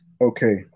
Okay